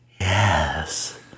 yes